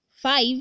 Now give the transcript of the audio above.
five